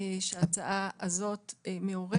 שההצעה הזאת מעוררת.